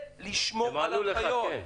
הם ענו לך שכן.